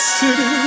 city